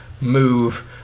move